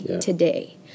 today